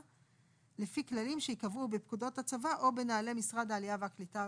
לפי כללים שייקבעו בפקודות הצבא או בנהלי משרד העלייה והקליטה